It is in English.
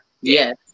Yes